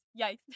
Yikes